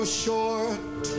short